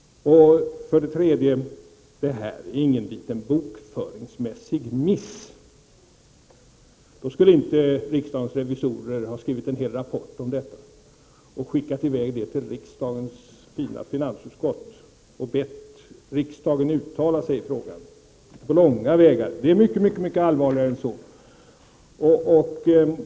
För det tredje: Det här är ingen liten bokföringsmässig miss; då skulle inte riksdagens revisorer ha skrivit en hel rapport om detta, skickat den till riks dagens fina finansutskott och bett riksdagen uttala sig i frågan — inte på långa vägar. Det är mycket allvarligare än så.